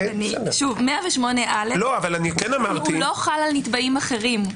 108א לא חל על נתבעים אחרים.